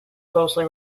closely